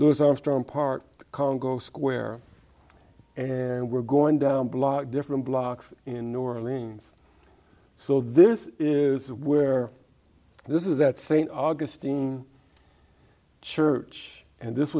louis armstrong park congo square and we're going down block different blocks in new orleans so this is where this is at st augustine church and this